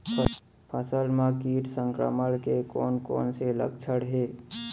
फसल म किट संक्रमण के कोन कोन से लक्षण हे?